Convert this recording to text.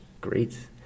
Great